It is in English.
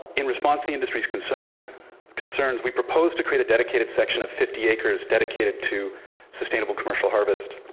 in response to the industry's concerned concerns, we propose to create a dedicated section of fifty acres dedicated to sustainable commercial harvest.